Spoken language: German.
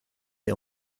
der